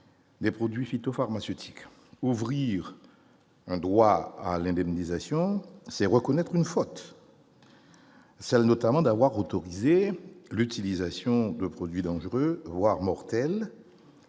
de produits phytopharmaceutiques. Ouvrir un droit à l'indemnisation, c'est reconnaître une faute, notamment celle d'avoir autorisé l'utilisation de produits dangereux, voire mortels,